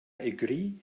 agree